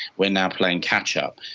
we are now playing catch-up,